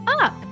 up